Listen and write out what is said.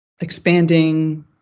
expanding